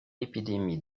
épidémie